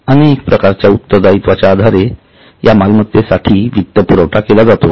अनेक प्रकारच्या उत्तरदायीत्वाच्या आधारे या मलमत्तेसाठी वित्त पुरवठा केला जातो